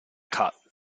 cut